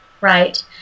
Right